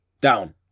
down